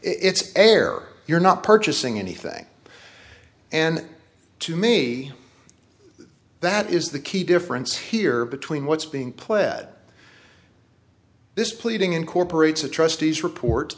it's fair you're not purchasing anything and to me that is the key difference here between what's being pled this pleading incorporates a trustees report